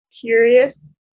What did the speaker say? curious